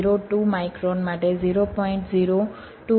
02 micron માટે 0